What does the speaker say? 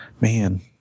man